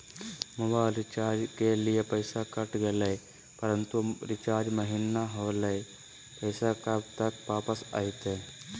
Mobile recharge के लिए पैसा कट गेलैय परंतु रिचार्ज महिना होलैय, पैसा कब तक वापस आयते?